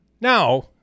Now